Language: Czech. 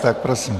Tak prosím.